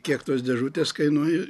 kiek tos dėžutės kainuoja